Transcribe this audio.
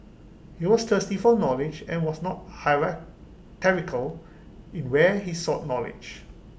he was thirsty for knowledge and was not hierarchical in where he sought knowledge